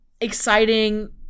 exciting